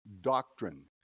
doctrine